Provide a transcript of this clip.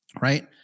right